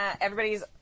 everybody's